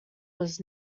was